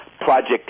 project